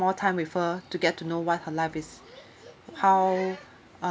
more time with her to get to know what her life is how